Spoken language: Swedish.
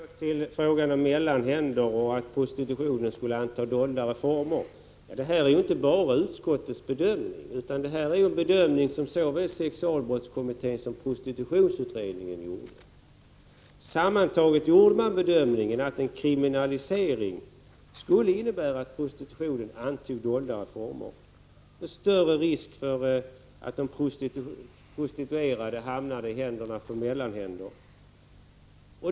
Herr talman! Först beträffande frågan om mellanhänder och att prostitutionen skulle få mer dolda former. Det är inte bara utskottets bedömning utan det är en bedömning som såväl sexualbrottskommittén som prostitutionsutredningen gjort. Sammantaget gjorde man bedömningen att en kriminalisering skulle innebära att prostitutionen fick mer dolda former, med större risk för att de prostituerade blev beroende av mellanhänder.